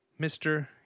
Mr